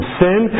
sin